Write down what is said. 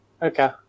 Okay